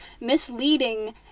Misleading